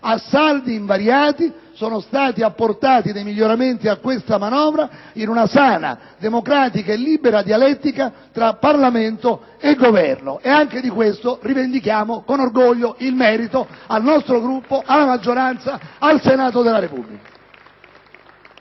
a saldi invariati, sono stati apportati miglioramenti alla manovra in una sana, democratica e libera dialettica tra Parlamento e Governo. Anche di questo rivendichiamo con orgoglio il merito al nostro Gruppo, alla maggioranza e al Senato della Repubblica.